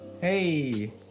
Hey